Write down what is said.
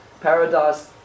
Paradise